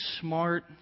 smart